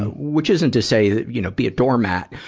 ah which isn't to say that, you know, be a doormat.